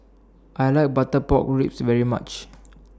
I like Butter Pork Ribs very much